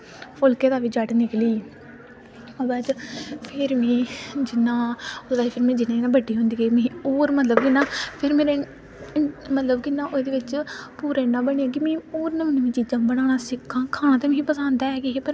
लेकिन एह् कुकिंग दी जादा प्लेयर न कोशिश ते ट्राई सिक्खियै गै होंदी ऐ लेकिन ऐसा जेंट्स कुकिंग दा साढ़ी मम्मी न चाची ताई न जेह्ड़ियां ओह् एक्सपीरियंस होंदा ऐ